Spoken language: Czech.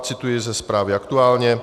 Cituji ze zprávy Aktuálně.